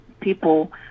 people